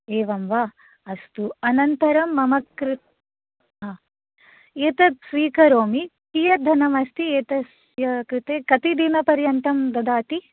एवं वा अस्तु अनन्तरं मम कृ हां एतत् स्वीकरोमि कियत् धनम् अस्ति एतस्य कृते कति दिनपर्यन्तं ददाति